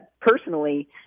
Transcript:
personally